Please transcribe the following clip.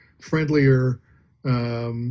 friendlier